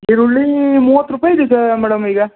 ಈರುಳ್ಳಿ ಮೂವತ್ತು ರೂಪಾಯಿ ಇದಿದೆ ಮೇಡಮ್ ಈಗ